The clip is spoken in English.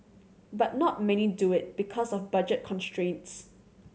but not many do it because of budget constraints